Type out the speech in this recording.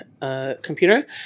Computer